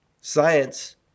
science